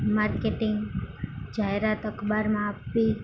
marketing જાહેરાત અખબારમાં આપવી